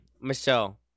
Michelle